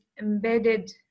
embedded